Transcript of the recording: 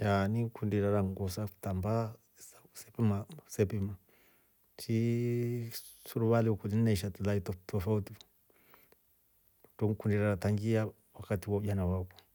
ini ngikundi irara nguo sa fitambaa sebima, sii suruvale ukulye na ishati la itofauti to nkundi irara tangia wakati wa ujana wakwa.